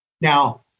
Now